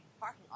parking